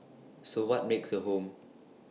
so what makes A home